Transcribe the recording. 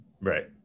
Right